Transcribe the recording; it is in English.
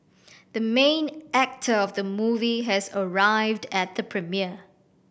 the main actor of the movie has arrived at the premiere